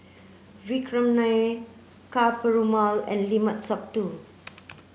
Vikram Nair Ka Perumal and Limat Sabtu